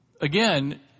again